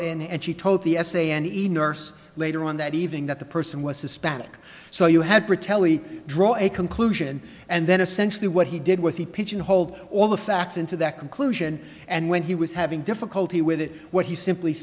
o and she told the essay and a nurse later on that evening that the person was hispanic so you had brutality draw a conclusion and then essentially what he did was he pigeonholed all the facts into that conclusion and when he was having difficulty with it what he simply